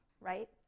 right